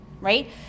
right